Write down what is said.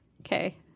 Okay